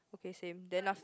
okay same then last